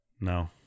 No